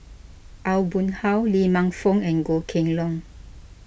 Aw Boon Haw Lee Man Fong and Goh Kheng Long